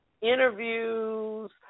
interviews